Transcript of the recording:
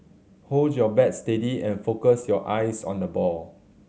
hold your bat steady and focus your eyes on the ball